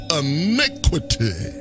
iniquity